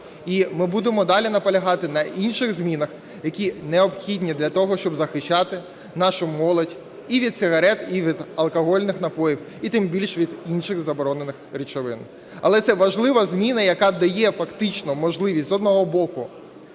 І ми будемо далі наполягати на інших змінах, які не обхідні для того, щоб захищати нашу молодь і від сигарет, і від алкогольних напоїв, і тим більше від інших заборонених речовин. Але це важлива зміна, яка дає фактично можливість, з одного боку,